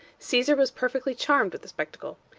caesar was perfectly charmed with the spectacle.